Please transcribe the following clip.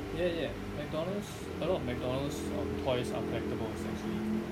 ya ya McDonald's a lot of McDonald's um toys or collectibles usually